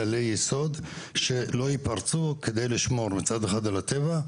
כללי יסוד שלא יפרצו כדי לשמור מצד אחד על הטבע,